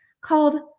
called